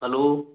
hello